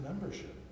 membership